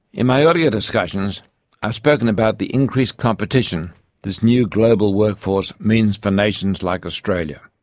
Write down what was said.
in my earlier discussions i've spoken about the increased competition this new global workforce means for nations like australia.